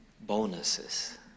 bonuses